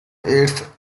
eighth